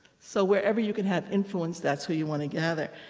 so wherever you can have influence, that's who you want to gather.